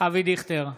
אבי דיכטר,